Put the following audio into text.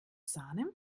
sahne